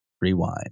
Rewind